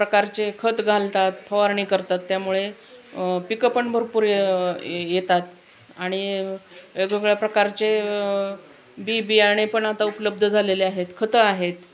प्रकारचे खत घालतात फवारणी करतात त्यामुळे पिकं पण भरपूर य ए येतात आणि वेगवेगळ्या प्रकारचे बी बियाणे पण आता उपलब्ध झालेले आहेत खतं आहेत